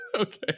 Okay